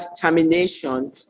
termination